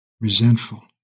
resentful